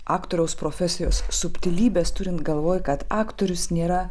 aktoriaus profesijos subtilybes turint galvoj kad aktorius nėra